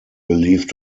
believed